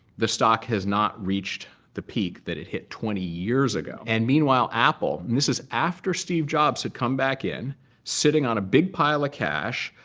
the stock has not reached the peak that it hit twenty years ago. and meanwhile, apple and this is after steve jobs had come back in sitting on a big pile of cash,